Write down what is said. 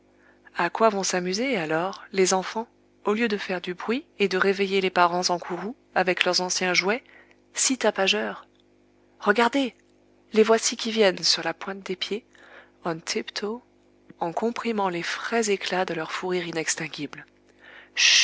à quoi vont s'amuser alors les enfants au lieu de faire du bruit et de réveiller les parents en courroux avec leurs anciens jouets si tapageurs regardez les voici qui viennent sur la pointe des pieds on tip toe en comprimant les frais éclats de leur fou rire inextinguible